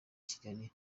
kigali